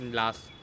last